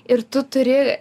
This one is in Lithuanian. ir tu turi